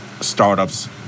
startups